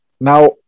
now